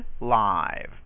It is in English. live